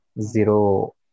zero